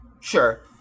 Sure